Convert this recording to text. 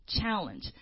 challenge